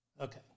Okay